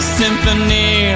symphony